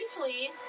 briefly